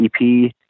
EP